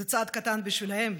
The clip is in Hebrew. זה צעד קטן בשבילם,